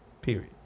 period